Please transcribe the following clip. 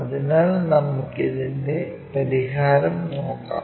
അതിനാൽ നമുക്ക് ഇതിന്റെ പരിഹാരം നോക്കാം